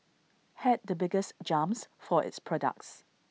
had the biggest jumps for its products